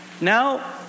Now